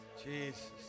Jesus